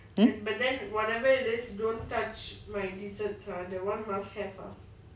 hmm